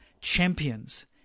champions